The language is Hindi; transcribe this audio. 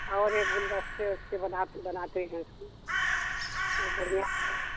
और यह गुलदस्ते उसते बनाती बनाते हैं बहुत बढ़िया है